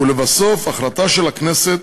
לבסוף, החלטה של הכנסת